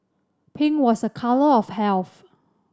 pink was a colour of health